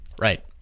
Right